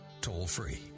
toll-free